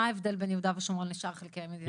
מה ההבדל בין יהודה ושומרון לשאר חלקי מדינת ישראל?